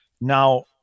Now